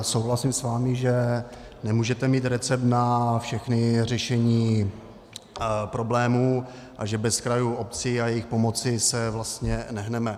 Souhlasím s vámi, že nemůžete mít recept na všechna řešení problémů a že bez krajů, obcí a jejich pomoci se vlastně nehneme.